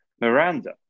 miranda